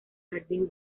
jardín